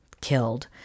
killed